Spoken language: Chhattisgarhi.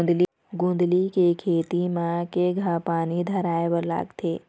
गोंदली के खेती म केघा पानी धराए बर लागथे?